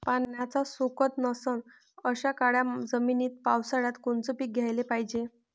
पाण्याचा सोकत नसन अशा काळ्या जमिनीत पावसाळ्यात कोनचं पीक घ्याले पायजे?